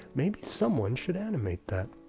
maybe someone should animate that.